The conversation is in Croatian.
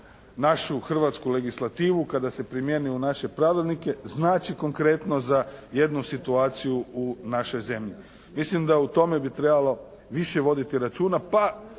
našu hrvatsku legislativu, kada se primjeni u naše pravilnike, znači konkretno za jednu situaciju u našoj zemlji. Mislim da u tome bi trebalo više voditi računa,